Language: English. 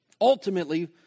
Ultimately